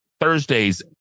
Thursdays